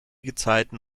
gezeiten